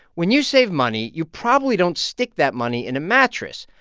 when you save money, you probably don't stick that money in a mattress.